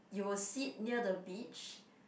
you will sit near the beach